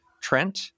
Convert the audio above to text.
Trent